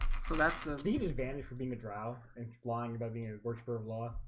so that's ah the the advantage for being the drow and lying about being a worshipper of law,